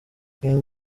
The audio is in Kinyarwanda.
king